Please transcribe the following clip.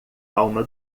alma